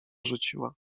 rzuciła